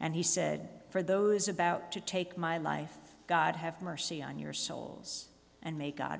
and he said for those about to take my life god have mercy on your souls and make god